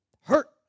Hurt